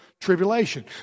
tribulation